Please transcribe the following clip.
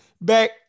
back